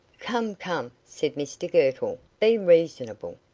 come, come, said mr girtle be reasonable.